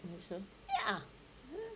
i think so ya